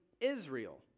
Israel